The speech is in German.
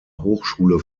hochschule